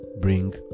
bring